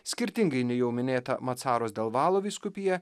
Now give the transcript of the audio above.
skirtingai nei jau minėta macaros del valo vyskupija